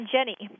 Jenny